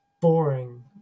boring